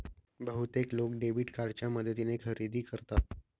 बहुतेक लोक डेबिट कार्डच्या मदतीने खरेदी करतात